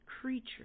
creature